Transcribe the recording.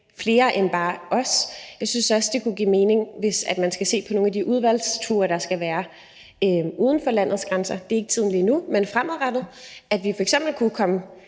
flere end bare os. Jeg synes også, det kunne give mening i forhold til nogle af de udvalgsture, der skal være uden for landets grænser – tiden er ikke til det lige nu, men fremadrettet – hvis vi f.eks. kunne komme